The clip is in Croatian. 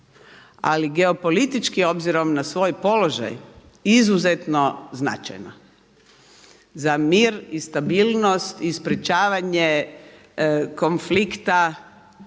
ali geopolitički obzirom na svoj položaj izuzetno značajna za mir i stabilnost i sprečavanje konflikta